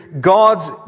God's